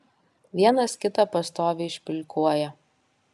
vienas kitą pastoviai špilkuoja